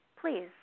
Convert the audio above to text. please